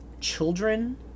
children